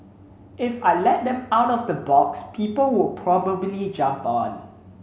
if I let them out of the box people will probably jump on